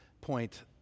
point